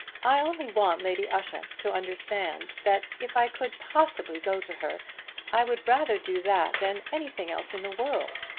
i only want lady ushant to understand that if i could possibly go to her i would rather do that than anything else in the world.